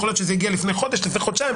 יכול להיות שזה הגיע לפני חודש או לפני חודשיים.